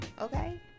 Okay